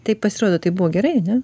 tai pasirodo tai buvo gerai ane